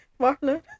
Marlon